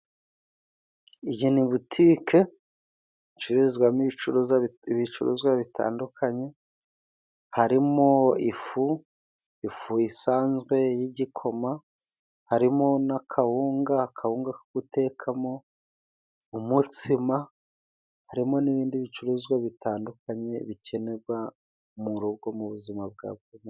Iyi ni butike icururizwamo ibicuruza ibicuruzwa bitandukanye, harimo ifu, ifu isanzwe y'igikoma, harimo n'akawunga, akawuga ko gutekamo umutsima, harimo n'ibindi bicuruzwa bitandukanye bikenerwa mu rugo mu buzima bwa buri munsi.